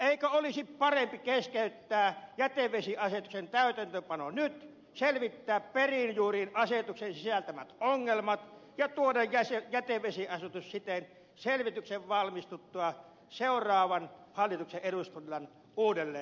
eikö olisi parempi keskeyttää jätevesiasetuksen täytäntöönpano nyt selvittää perin juurin asetuksen sisältämät ongelmat ja tuoda jätevesiasetus sitten selvityksen valmistuttua seuraavan hallituksen ja eduskunnan uudelleen arvioitavaksi